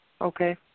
Okay